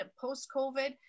post-COVID